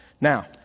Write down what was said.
Now